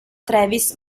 travis